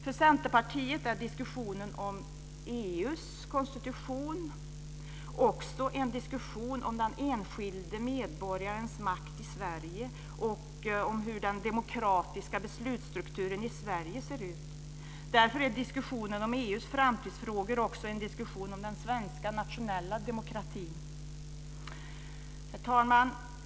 För Centerpartiet är diskussionen om EU:s konstitution också en diskussion om den enskilde medborgarens makt i Sverige och hur den demokratiska beslutsstrukturen i Sverige ser ut. Därför är diskussionen om EU:s framtidsfrågor också en diskussion om den svenska nationella demokratin. Herr talman!